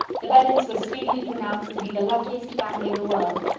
the bennets were speedily pronounced to be the luckiest family in the world,